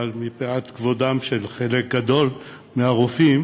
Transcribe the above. אבל מפאת כבודם של חלק גדול מהרופאים,